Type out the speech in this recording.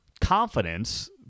confidence